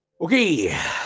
Okay